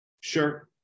Sure